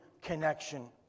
connection